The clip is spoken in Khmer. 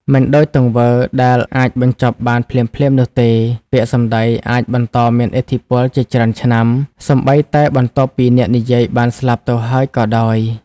មិនដូចទង្វើដែលអាចបញ្ចប់បានភ្លាមៗនោះទេ ពាក្យសម្ដីអាច បន្តមានឥទ្ធិពល ជាច្រើនឆ្នាំ សូម្បីតែបន្ទាប់ពីអ្នកនិយាយបានស្លាប់ទៅហើយក៏ដោយ។